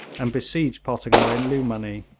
and besieged pottinger in lughmanee.